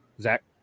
Zach